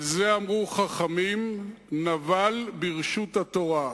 על זה אמרו חברים "נבל ברשות התורה".